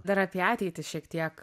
dar apie ateitį šiek tiek